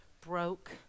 broke